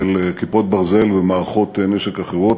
של "כיפות ברזל" ומערכות נשק אחרות.